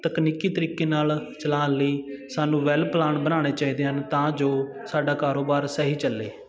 ਤਕਨੀਕੀ ਤਰੀਕੇ ਨਾਲ ਚਲਾਣ ਲਈ ਸਾਨੂੰ ਵੈਲ ਪਲਾਨ ਬਣਾਉਣੇ ਚਾਹੀਦੇ ਹਨ ਤਾਂ ਜੋ ਸਾਡਾ ਕਾਰੋਬਾਰ ਸਹੀ ਚੱਲੇ